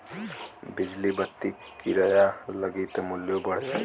बिजली बत्ति किराया लगी त मुल्यो बढ़ जाई